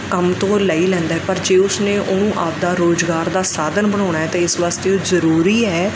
ਕੰਮ ਤੋਂ ਲੈ ਹੀ ਲੈਂਦਾ ਪਰ ਜੇ ਉਸਨੇ ਉਹਨੂੰ ਆਪਦਾ ਰੋਜ਼ਗਾਰ ਦਾ ਸਾਧਨ ਬਣਾਉਣਾ ਤੇ ਇਸ ਵਾਸਤੇ ਉਹ ਜਰੂਰੀ ਹੈ